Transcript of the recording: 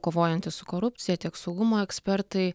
kovojantys su korupcija tiek saugumo ekspertai